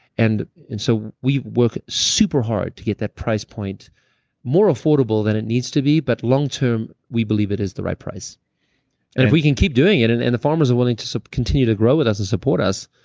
and and so we work super hard to get that price point more affordable than it needs to be but long term we believe it is the right price. if we can keep doing it and and the farmers are willing to so continue to grow with us and support us,